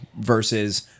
versus